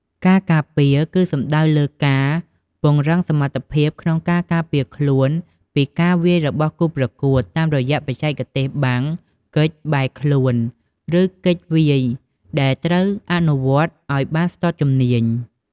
ការការពារគឺសំដៅលើការ ពង្រឹងសមត្ថភាពក្នុងការការពារខ្លួនពីការវាយរបស់គូប្រកួត តាមរយៈបច្ចេកទេសបាំង គេច បែរខ្លួន ឬគេចវាយ ដែលត្រូវអនុវត្តឲ្យបានស្ទាត់ជំនាញ។